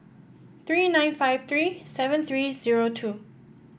three nine five three seven three zero two